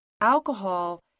Alcohol